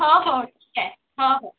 हो हो ठीक आहे हो हो